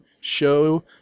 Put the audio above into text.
show